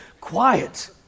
Quiet